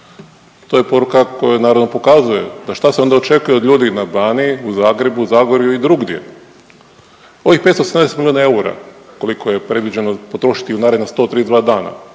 To je poruka koja naravno pokazuje šta se onda očekuje od ljudi na Baniji, u Zagrebu, u Zagorju i drugdje. Ovih 578 milijuna eura koliko je predviđeno potrošiti u naredna 132 dana.